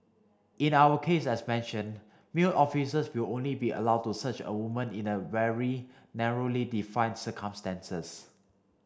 in our case as mentioned male officers will only be allowed to search a woman in a very narrowly defined circumstances